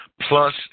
plus